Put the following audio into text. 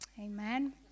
Amen